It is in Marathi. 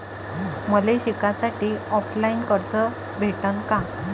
मले शिकासाठी ऑफलाईन कर्ज भेटन का?